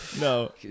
No